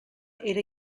era